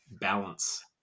balance